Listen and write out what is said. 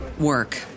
work